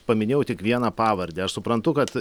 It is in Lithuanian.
paminėjau tik vieną pavardę aš suprantu kad